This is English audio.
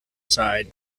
side